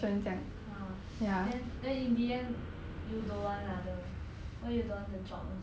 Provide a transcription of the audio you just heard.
then then in the end you don't want ah the why you don't want the job also